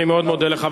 אני מאוד מודה לך.